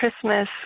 Christmas